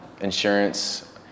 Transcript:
Insurance